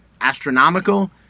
astronomical